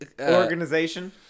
Organization